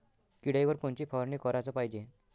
किड्याइवर कोनची फवारनी कराच पायजे?